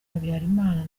habyarimana